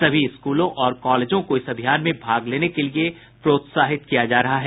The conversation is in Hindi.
सभी स्कूलों और कॉलेजों को इस अभियान में भाग लेने के लिए प्रोत्साहित किया जा रहा है